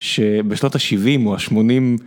שבשנות ה-70 או ה-80